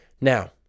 Now